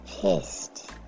pissed